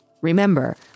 Remember